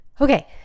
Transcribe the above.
Okay